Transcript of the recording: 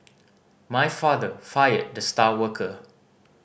my father fired the star worker